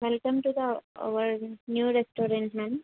welcome to the our new restaurant ma'am